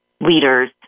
leaders